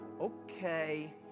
Okay